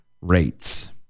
rates